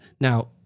Now